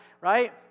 right